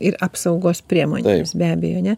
ir apsaugos priemonių jiems be abejo ne